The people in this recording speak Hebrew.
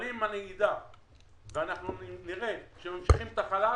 אבל אם אני אדע שממשיכים את החל"ת,